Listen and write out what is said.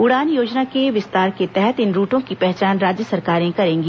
उड़ान योजना के विस्तार के तहत इन रूटो की पहचान राज्य सरकारें करेंगी